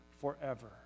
forever